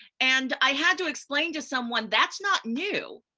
and i had to explain to someone that's not new.